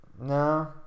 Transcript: No